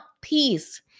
peace